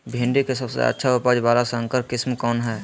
भिंडी के सबसे अच्छा उपज वाला संकर किस्म कौन है?